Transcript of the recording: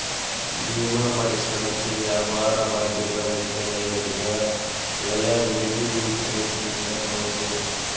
భీమా పరిశ్రమకి వ్యాపార బాధ్యత ముఖ్యమైనదిగా లైయబిలిటీ ఇన్సురెన్స్ ని చెప్పవచ్చు